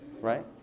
right